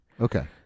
okay